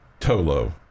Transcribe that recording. Tolo